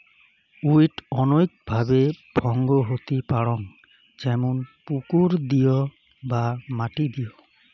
weed অনৈক ভাবে ভঙ্গ হতি পারং যেমন পুকুর দিয় বা মাটি দিয়